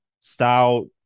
Stout